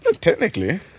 Technically